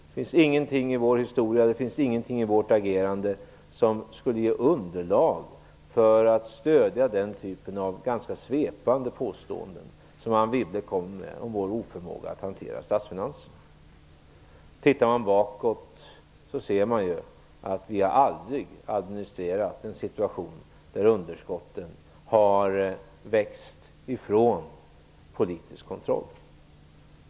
Det finns ingenting i vår historia eller i vårt agerande som skulle ge underlag för den typ av svepande påståenden som Anne Wibble gör om vår oförmåga att hantera statsfinanserna. Tittar man bakåt skall man finna att vi aldrig har administrerat en situation där underskotten har vuxit ifrån politisk kontroll.